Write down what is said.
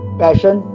passion